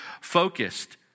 focused